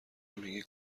میگی